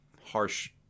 harsh